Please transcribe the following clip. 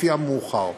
לפי המאוחר".